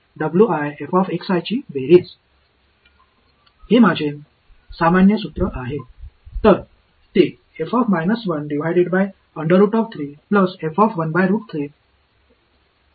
இந்த விஷயத்தில் எடைகள் இரண்டும் 1 க்கு சமம் என்ற கூடுதல் தகவலை நான் உங்களுக்கு தருகிறேன் பொதுவாக அவை இருக்க வேண்டிய அவசியமில்லை அதை நீங்கள் கவனமாக கணக்கிட வேண்டும்